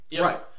Right